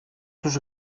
τους